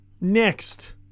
next